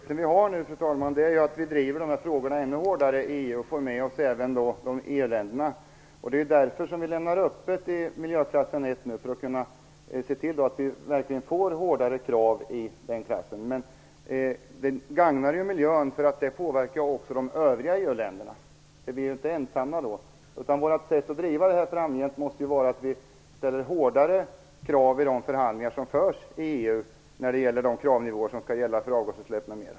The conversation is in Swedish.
Fru talman! Den möjlighet vi nu har är att driva de här frågorna ännu hårdare i EU och få med oss även EU-länderna. Det är därför som vi lämnar öppet i fråga om miljöklass 1 nu, för att kunna se till att verkligen få hårdare krav i den klassen. Det gagnar miljön, därför att det påverkar också de övriga EU länderna - vi är ju inte ensamma då. Vårt sätt att driva det här framgent måste vara att vi ställer hårdare krav i de förhandlingar som förs i EU när det gäller de kravnivåer som skall gälla för avgasutsläpp m.m.